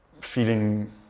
feeling